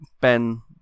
Ben